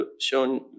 shown